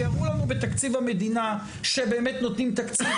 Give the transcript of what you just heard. שיראו לנו בתקציב המדינה שבאמת נותנים תקציב